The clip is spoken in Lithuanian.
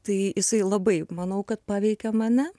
tai jisai labai manau kad paveikė mane